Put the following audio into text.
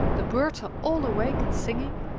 the birds are all awake and singing,